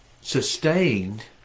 sustained